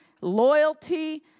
loyalty